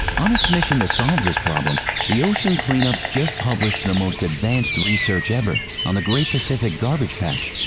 on its mission to solve this problem, the ocean cleanup just published the most advanced research ever on the great pacific garbage patch,